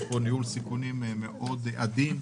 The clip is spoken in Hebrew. יש פה ניהול סיכונים מאוד עדין,